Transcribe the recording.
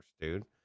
dude